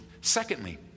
Secondly